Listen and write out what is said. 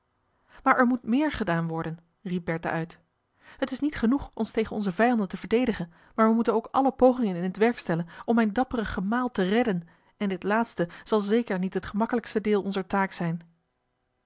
maar er moet méér gedaan worden riep bertha uit het is niet genoeg ons tegen onze vijanden te verdedigen maar we moeten ook alle pogingen in het werk stellen om mijn dapperen gemaal te redden en dit laatste zal zeker niet het gemakkelijkste deel onzer taak zijn